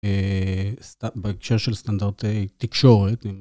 בהקשר של סטנדרטי תקשורת.